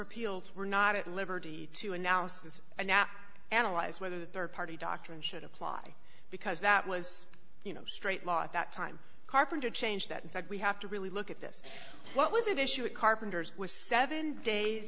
appeals we're not at liberty to analysis and now analyze whether the rd party doctrine should apply because that was you know straight law at that time carpenter changed that and said we have to really look at this what was an issue a carpenter's was seven days